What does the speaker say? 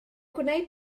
gwneud